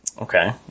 Okay